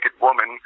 woman